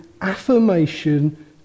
affirmation